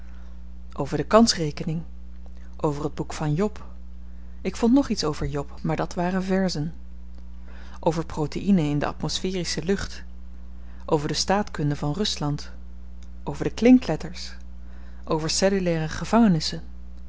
over de kansrekening over het boek van job ik vond nog iets over job maar dat waren verzen over proteïne in de athmospherische lucht over de staatkunde van rusland over de klinkletters over cellulaire gevangenissen